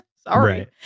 sorry